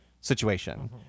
situation